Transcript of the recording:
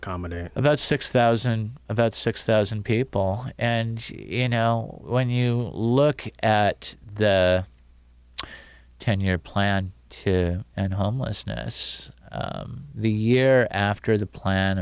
accommodate about six thousand about six thousand people and you know when you look at ten year plan and homelessness the year after the plan